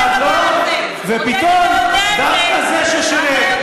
נאמנות, ואחר כך נדבר על זה.